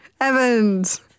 Evans